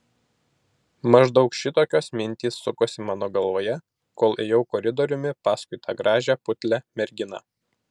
maždaug šitokios mintys sukosi mano galvoje kol ėjau koridoriumi paskui tą gražią putlią merginą